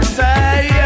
say